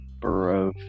Bro